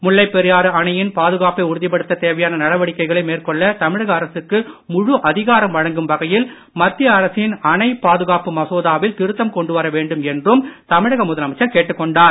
முல்லைப் பெரியாறு அணையின் பாதுகாப்பை உறுதிப்படுத்த தேவையான நடவடிக்கைகளை மேற்கொள்ள தமிழக அரசுக்கு முழு அதிகாரம் வழங்கும் வகையில் மத்திய அரசின் அணை பாதுகாப்பு மசோதாவில் திருத்தம் கொண்டு வர வேண்டும் என்றும் தமிழக முதலமைச்சர் கேட்டுக் கொண்டார்